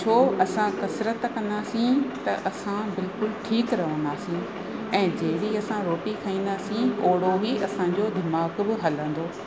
छो असां कसिरत कंदासीं त असां बिल्कुलु ठीकु रहंदासीं ऐं जहिड़ी असां रोटी खाईंदासीं ओहिड़ो ई असांजो दिमाग़ बि हलंदो